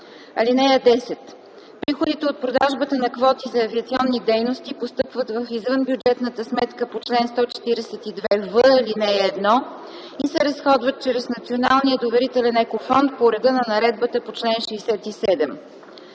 (10) Приходите от продажбата на квоти за авиационни дейности постъпват в извънбюджетната сметка по чл. 142в, ал. 1 и се разходват чрез Националния доверителен екофонд по реда на наредбата по чл. 67.